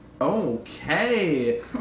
Okay